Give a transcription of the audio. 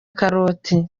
karoti